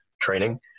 training